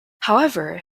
however